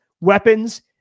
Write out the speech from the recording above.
weapons